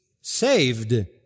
saved